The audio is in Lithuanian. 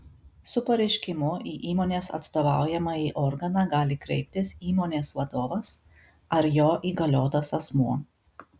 su pareiškimu į įmonės atstovaujamąjį organą gali kreiptis įmonės vadovas ar jo įgaliotas asmuo